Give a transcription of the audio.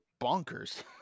bonkers